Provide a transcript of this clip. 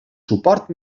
suport